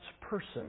person